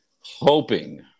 hoping